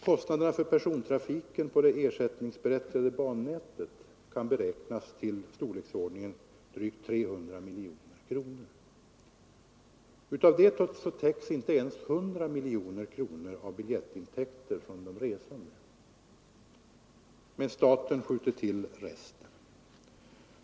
Kostnaderna för persontrafiken på det ersättningsberättigade bannätet kan beräknas till storleksordningen drygt 300 miljoner kronor. Av det täcks inte ens 100 miljoner kronor av biljettintäkter från de resande, utan staten skjuter till resten.